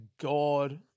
God